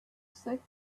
save